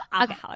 Okay